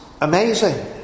amazing